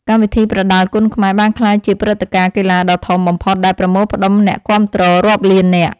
កម្មវិធីប្រដាល់គុណខ្មែរបានក្លាយជាព្រឹត្តិការណ៍កីឡាដ៏ធំបំផុតដែលប្រមូលផ្តុំអ្នកគាំទ្ររាប់លាននាក់។